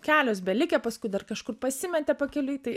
kelios belikę paskui dar kažkur pasimetė pakeliui tai